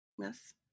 Yes